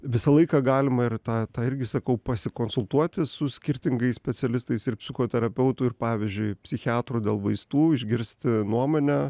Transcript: visą laiką galima ir tą tą irgi sakau pasikonsultuoti su skirtingais specialistais ir psichoterapeutu ir pavyzdžiui psichiatru dėl vaistų išgirsti nuomonę